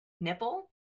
nipple